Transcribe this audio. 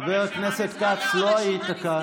חבר הכנסת כץ, לא היית כאן.